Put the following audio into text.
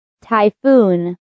Typhoon